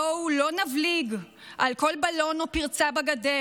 בואו לא נבליג על כל בלון או פרצה בגדר.